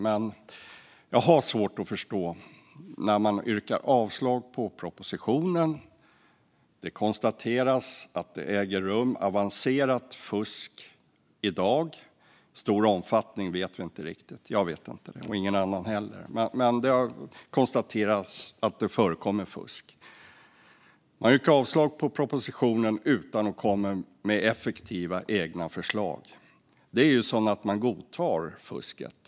Men jag har svårt att förstå detta. Man yrkar avslag på propositionen. Det konstateras att det i dag äger rum avancerat fusk. Hur stor omfattningen är vet vi inte riktigt - jag vet det inte och ingen annan heller. Men det har konstaterats att det förekommer fusk. Man yrkar avslag på propositionen utan att komma med effektiva egna förslag. Det är som att man godtar fusket.